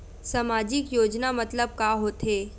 सामजिक योजना मतलब का होथे?